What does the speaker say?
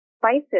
Spices